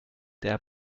der